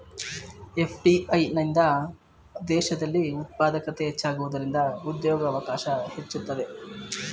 FDI ನಿಂದ ದೇಶದಲ್ಲಿ ಉತ್ಪಾದಕತೆ ಹೆಚ್ಚಾಗುವುದರಿಂದ ಉದ್ಯೋಗವಕಾಶ ಹೆಚ್ಚುತ್ತದೆ